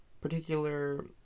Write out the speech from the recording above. particular